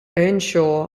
earnshaw